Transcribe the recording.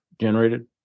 generated